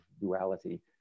duality